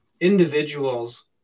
individuals